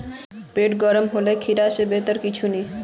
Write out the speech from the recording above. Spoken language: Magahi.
पेट गर्म होले खीरा स बेहतर कुछू नी